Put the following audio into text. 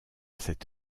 cette